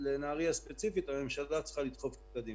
לנהריה ספציפית, הממשלה צריכה לדחוף את הדיון.